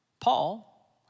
Paul